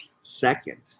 second